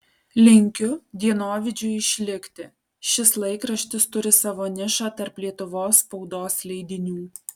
linkiu dienovidžiui išlikti šis laikraštis turi savo nišą tarp lietuvos spaudos leidinių